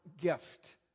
gift